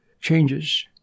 changes